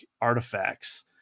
Artifacts